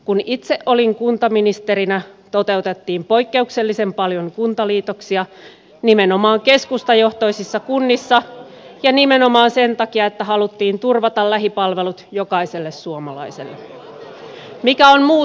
kun itse olin kuntaministerinä toteutettiin poikkeuksellisen paljon kuntaliitoksia nimenomaan keskustajohtoisissa kunnissa ja nimenomaan sen takia että haluttiin turvata lähipalvelut jokaiselle suomalaiselle